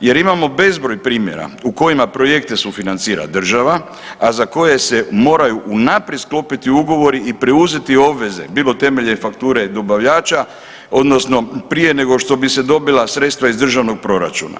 jer imamo bezbroj primjera u kojima projekte sufinancira država, a za koje se moraju unaprijed sklopiti ugovori i preuzeti obveze bilo temeljem fakture dobavljača odnosno prije nego što bi se dobila sredstva iz državnog proračuna.